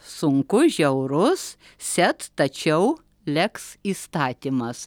sunkus žiaurus set tačiau leks įstatymas